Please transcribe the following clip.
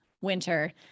winter